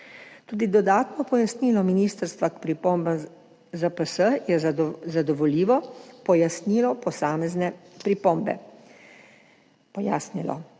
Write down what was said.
Tudi dodatno pojasnilo ministrstva k pripombam ZPS je zadovoljivo pojasnilo posamezne pripombe.